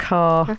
Car